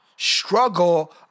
Struggle